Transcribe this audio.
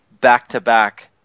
back-to-back